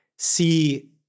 see